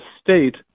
state